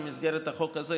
במסגרת החוק הזה,